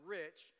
rich